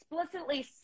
explicitly